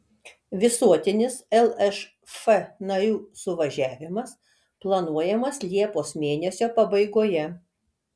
visuotinis lšf narių suvažiavimas planuojamas liepos mėnesio pabaigoje